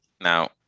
Now